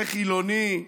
זה חילוני.